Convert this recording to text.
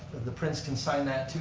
the prince can sign that too